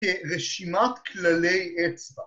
‫כרשימת כללי אצבע.